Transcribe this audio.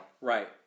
Right